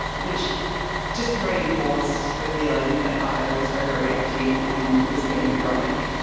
which just reinforced the feeling that i was overreacting and was being neurotic.